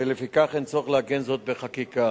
ולפיכך אין צורך לעגן זאת בחקיקה.